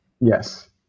Yes